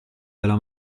della